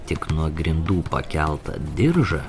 tik nuo grindų pakeltą diržą